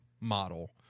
model